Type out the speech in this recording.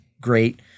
great